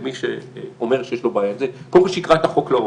למי שאומר שיש לו בעיה קודם כול שיקרא את החוק לעומק.